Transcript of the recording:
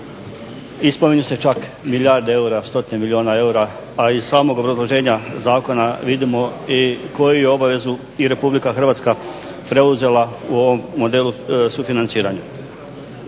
spominju se čak milijarde eura, stotine milijuna eura. A iz samog obrazloženja zakona vidimo i koju obavezu i Republika Hrvatska preuzela u ovom modelu sufinanciranja.